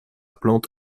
plante